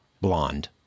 Blonde